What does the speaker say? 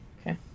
okay